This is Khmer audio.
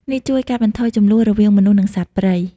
នេះជួយកាត់បន្ថយជម្លោះរវាងមនុស្ស និងសត្វព្រៃ។